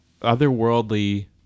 otherworldly